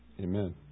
Amen